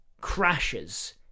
crashes